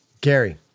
Gary